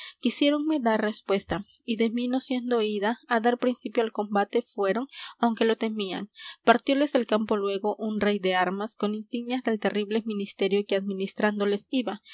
quisiéronme dar respuesta y de mí no siendo oída á dar principio al combate fueron aunque lo temían partióles el campo luégo un rey de armas con insignias del terrible ministerio que administrándoles iba